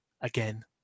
Again